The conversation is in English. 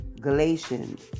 Galatians